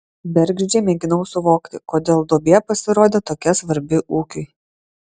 bergždžiai mėginau suvokti kodėl duobė pasirodė tokia svarbi ūkiui